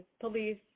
police